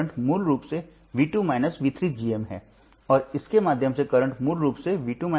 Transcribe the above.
अंत में हम अंतिम नियंत्रित स्रोतों को देखते हैं जो वर्तमान नियंत्रित वर्तमान स्रोत है